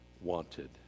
wanted